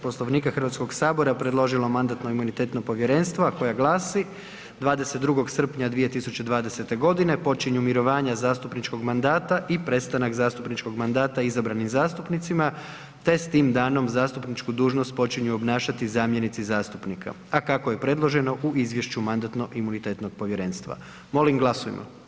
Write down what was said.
Poslovnika Hrvatskog sabora predložilo Mandatno-imunitetno povjerenstvo a koja glasi: 22. srpnja 2020. g. počinju mirovanja zastupničkog mandata i prestanak zastupničkog mandata izabranim zastupnicima te s tim danom zastupničku dužnost počinju obnašati zamjenici zastupnika a kako je predloženo u izvješću Mandatno-imunitetnog povjerenstva, molim glasujmo.